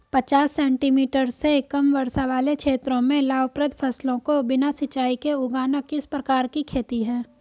पचास सेंटीमीटर से कम वर्षा वाले क्षेत्रों में लाभप्रद फसलों को बिना सिंचाई के उगाना किस प्रकार की खेती है?